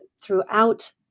throughout